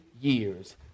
years